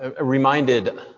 reminded